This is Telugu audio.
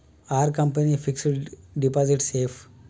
Are company fixed deposit safe?